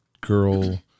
girl